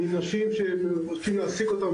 מנשים שהם רוצים להעסיק אותם,